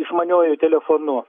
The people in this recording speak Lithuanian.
išmaniuoju telefonu